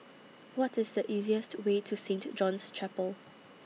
What IS The easiest Way to Saint John's Chapel